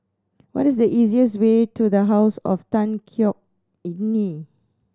what is the easiest way to The House of Tan Yeok Nee